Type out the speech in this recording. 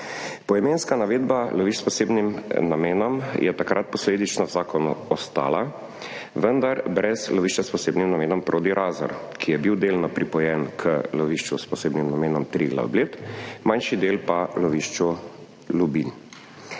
Poimenska navedba lovišč s posebnim namenom je takrat posledično v zakonu ostala, vendar brez lovišča s posebnim namenom Prodi Razor, ki je bil delno pripojen k lovišču s posebnim namenom Triglav Bled, manjši del pa v lovišču Lubinj.